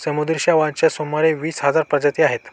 समुद्री शेवाळाच्या सुमारे वीस हजार प्रजाती आहेत